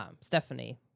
Stephanie